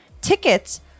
tickets